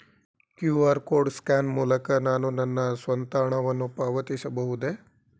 QR code scan ಮೂಲಕ ನಾನು ನನ್ನ ಸ್ವಂತ ಹಣವನ್ನು ಪಾವತಿಸಬಹುದೇ?